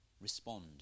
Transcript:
respond